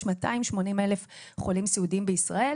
יש 280,000 חולים סיעודיים בישראל,